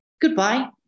Goodbye